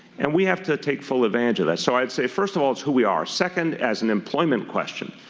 and we have to take full advantage of that. so i would say first of all, it is who we are. second, as an employment question,